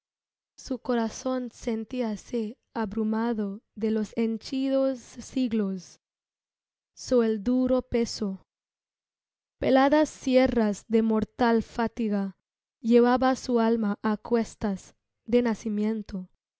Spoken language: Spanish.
su corazón sentíase abrumado de los henchidos siglos so el duro peso peladas sierras de mortal fatiga llevaba su alma á cuestas de nacimiento